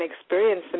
experience